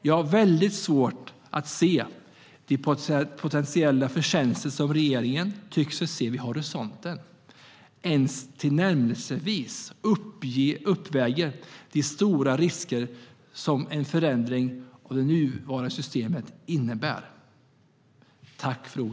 Jag har väldigt svårt att se att de potentiella förtjänster som regeringen tycker sig se vid horisonten ens tillnärmelsevis uppväger de stora risker som en förändring av det nuvarande systemet innebär.